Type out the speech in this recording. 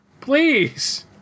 Please